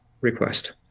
request